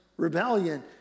Rebellion